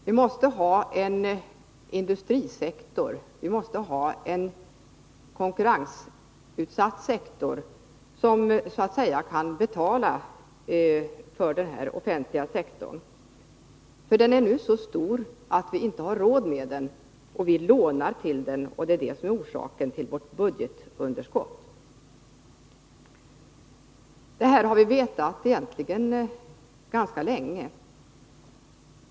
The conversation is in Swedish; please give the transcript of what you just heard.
Vi måste ha en industrisektor, en konkurrensutsatt sektor, som kan så att säga betala för den här offentliga sektorn. Den är nu så stor att vi inte har råd med den utan lånar till den. Det är detta som är orsaken till vårt budgetunderskott. Denna utveckling har vi egentligen sett ganska länge.